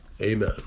amen